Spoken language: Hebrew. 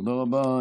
תודה רבה.